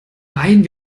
rein